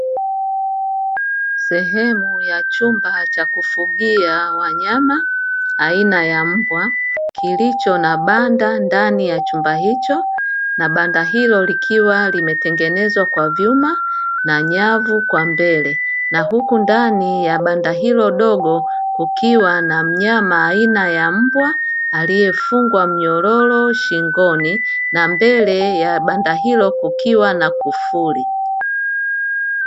Sehemu ya chumba cha kufugia wanyama aina ya mbwa, kilicho na banda ndani ya chumba hicho, na banda hilo likiwa limetengenezwa kwa vyuma na nyavu kwa mbele, na huku ndani ya banda hilo dogo, kukiwa na mnyama aina ya mbwa aliyefungwa mnyororo shingoni, na mbele ya banda hilo kukiwa na kufuli.